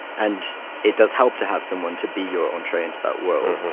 and it does help to have someone to be your own train to that world.